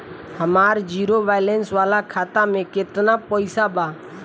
हमार zero balance वाला खाता में केतना पईसा बा?